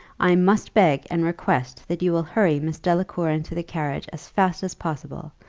i must beg, and request that you will hurry miss delacour into the carriage as fast as possible.